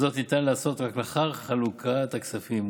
אפשר יהיה לעשות זאת רק לאחר חלוקת הכספים.